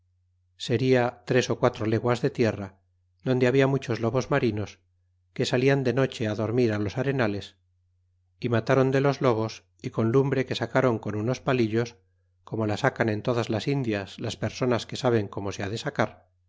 seria tres quatro leguas de tierra donde habla muchos lobos marinos que salian de noche dormir los arenales y matron de los lobos y con lumbre que sacron con unos palillos como la sacan en todas las indias las personas que saben como se ha de sacar